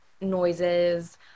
noises